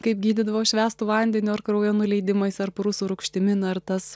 kaip gydydavo švęstu vandeniu ar kraujo nuleidimais ar prūsų rūgštimi na ir tas